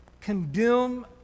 condemn